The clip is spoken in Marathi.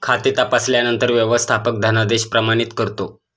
खाते तपासल्यानंतर व्यवस्थापक धनादेश प्रमाणित करतो